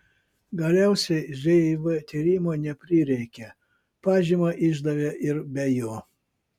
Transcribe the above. galiausiai živ tyrimo neprireikė pažymą išdavė ir be jo